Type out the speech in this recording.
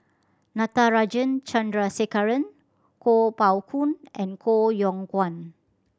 Natarajan Chandrasekaran Kuo Pao Kun and Koh Yong Guan